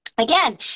again